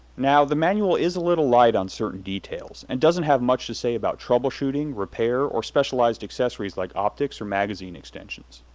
now, the manual is a little light on certain details, and doesn't have much to say about troubleshooting, repair, or specialized accessories like optics or magazine extensions.